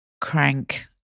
crank